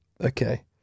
okay